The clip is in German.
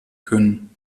können